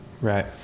right